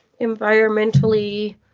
environmentally